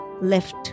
left